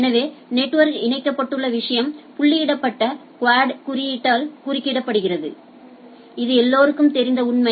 எனவே நெட்வொர்க்கில் இணைக்கப்பட்டுள்ள விஷயம் புள்ளியிடப்பட்ட குவாட் குறியீட்டால் குறிக்கப்படுகிறது இது எல்லோருக்கும் தெரிந்த உண்மை